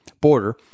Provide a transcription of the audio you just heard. border